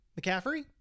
McCaffrey